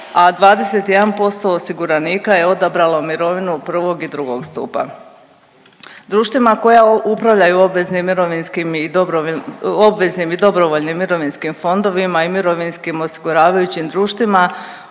a 21% osiguranika je odabralo mirovinu prvog i drugog stupa. Društvima koja upravljaju obveznim mirovinskim i dobrovoljnim, obveznim i dobrovoljnim mirovinskim fondovima i mirovinskim osiguravajućim društvima,